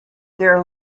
their